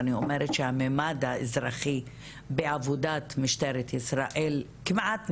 אני אומרת שהמימד האזרחי בעבודת משטרת ישראל כמעט נעלם,